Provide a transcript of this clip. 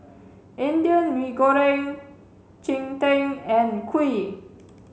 Indian mee goreng cheng tng and kuih